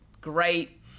great